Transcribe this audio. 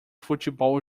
futebol